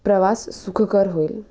प्रवास सुखकर होईल